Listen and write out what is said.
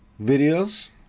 videos